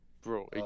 bro